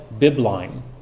Bibline